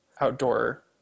outdoor